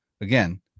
again